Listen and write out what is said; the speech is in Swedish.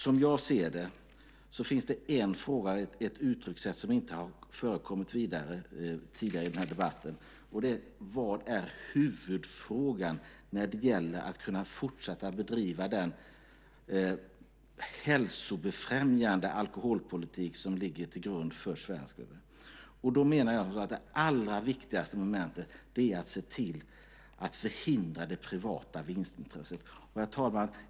Som jag ser det finns det en fråga som inte har uttryckts tidigare i den här debatten, nämligen: Vad är huvudfrågan när det gäller att kunna fortsätta bedriva den hälsobefrämjande alkoholpolitik som ligger till grund för svensk del? Här menar jag att det allra viktigaste momentet är att se till att förhindra det privata vinstintresset.